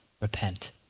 repent